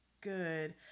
good